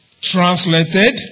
translated